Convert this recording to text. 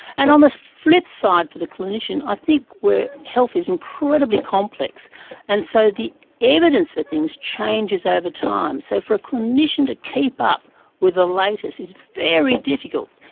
and on the flip side, for the clinician i think health is incredibly complex and so the evidence for things changes over time. so for a clinician to keep up with the latest is very difficult,